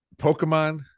Pokemon